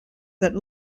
that